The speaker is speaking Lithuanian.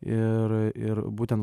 ir ir būtent